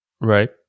Right